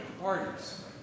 parties